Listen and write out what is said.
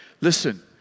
Listen